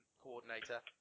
coordinator